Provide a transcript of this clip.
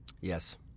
Yes